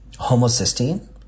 homocysteine